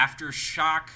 aftershock